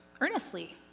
earnestly